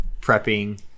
prepping